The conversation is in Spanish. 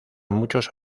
muchos